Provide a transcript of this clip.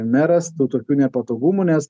meras tų tokių nepatogumų nes